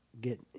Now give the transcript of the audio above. get